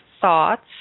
thoughts